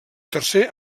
tercer